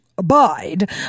abide